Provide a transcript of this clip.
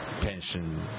pension